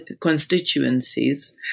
constituencies